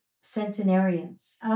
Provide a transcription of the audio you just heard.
centenarians